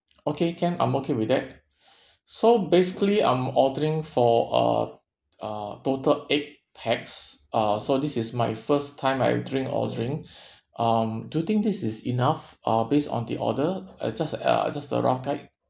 okay can I'm okay with that so basically I'm ordering for uh uh total eight pax uh so this is my first time I'm ordering um do you think this is enough uh based on the order uh just uh just a rough guide